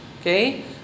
Okay